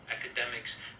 academics